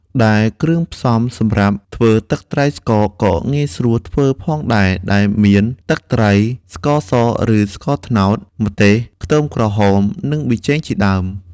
ដែលគ្រឿងផ្សំសម្រាប់ធ្វើទឹកត្រីស្ករក៏ងាយស្រួលធ្វើផងដែរ ដែលមាន ទឹកត្រី ស្ករសឬស្ករត្នោត ម្ទេស ខ្ទឹមក្រហម និងប៊ីចេងជាដើម។